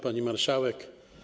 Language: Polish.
Pani Marszałek!